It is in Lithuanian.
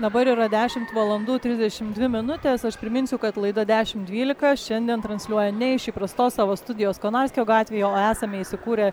dabar yra dešimt valandų trisdešim dvi minutės aš priminsiu kad laida dešim dvylika šiandien transliuoja ne iš įprastos savo studijos konarskio gatvėje o esame įsikūrę